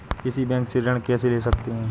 किसी बैंक से ऋण कैसे ले सकते हैं?